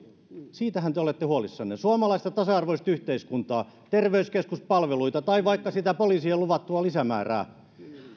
siitähän te olette huolissanne suomalaista tasa arvoista yhteiskuntaa terveyskeskuspalveluita tai vaikka sitä poliisien luvattua lisämäärää